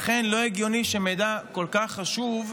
לכן, לא הגיוני שמידע כל כך חשוב,